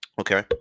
Okay